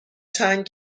چند